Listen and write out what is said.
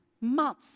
month